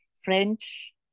French